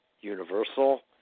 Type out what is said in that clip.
universal